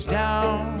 down